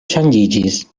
ŝanĝiĝis